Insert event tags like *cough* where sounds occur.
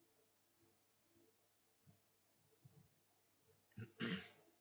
*coughs*